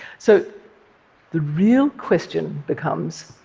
so the real question becomes,